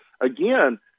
again